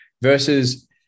versus